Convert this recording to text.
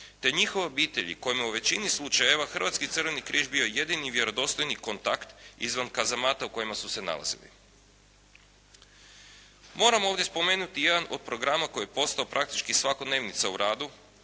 te njihove obitelji kojima je u većini slučajeva Hrvatski crveni križ bio jedini vjerodostojni kontakt izvan kazamata u kojima su se nalazili. Moram ovdje spomenuti jedan od programa koji je postao praktički svakodnevnica u radu